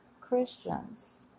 Christians